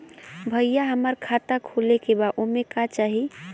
भईया हमार खाता खोले के बा ओमे का चाही?